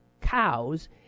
cows